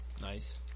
Nice